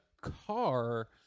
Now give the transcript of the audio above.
car